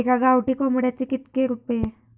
एका गावठी कोंबड्याचे कितके रुपये?